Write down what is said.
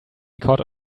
caught